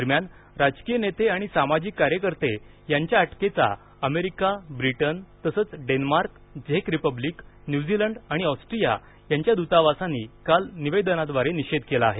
दरम्यान राजकीय नेते आणि सामाजिक कार्यकर्ते यांच्या अटकेचा अमेरिका ब्रिटन तसेच डेन्मार्क झेक रिपब्लिक न्यूझिलंट आणि ऑस्ट्रिया यांच्या दूतावासांनी काल निवेदनाद्वारे निषेध केला आहे